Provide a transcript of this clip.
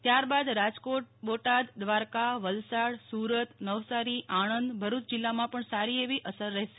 ત્યાર બાદ રાજકોટ બોટાદ દ્વારકા વલસા સુરત નવસારી આણંદ ભરૂચ જિલ્લામાં પણ સારી એવી અસર રહેશે